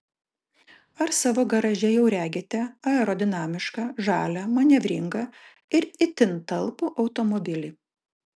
ar savo garaže jau regite aerodinamišką žalią manevringą ir itin talpų automobilį